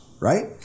Right